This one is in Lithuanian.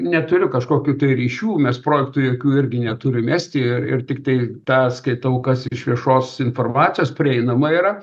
neturiu kažkokių tai ryšių mes projektų jokių irgi neturim estijoj ir tiktai tą skaitau kas iš viešos informacijos prieinama yra